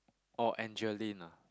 oh Angeline ah